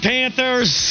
Panthers